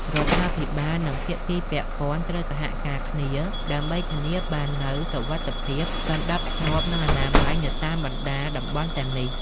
រដ្ឋាភិបាល និងភាគីពាក់ព័ន្ធត្រូវសហការគ្នាដើម្បីធានាបាននូវសុវត្ថិភាព សណ្តាប់ធ្នាប់ និងអនាម័យនៅតាមបណ្តាតំបន់ទាំងនេះ។